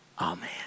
Amen